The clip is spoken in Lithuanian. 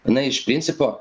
jinai iš principo